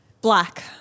Black